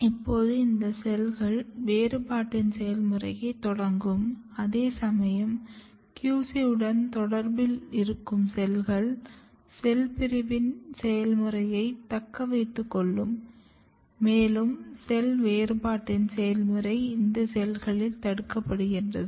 இப்போது இந்த செல்கள் வேறுபாட்டின் செயல்முறையைத் தொடங்கும் அதேசமயம் QC உடன் தொடர்பில் இருக்கும் செல்கள் செல் பிரிவின் செயல்முறையைத் தக்க வைத்துக் கொள்ளும் மேலும் செல் வேறுபாட்டின் செயல்முறை இந்த செல்களில் தடுக்கப்படுகிறது